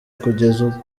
kugeza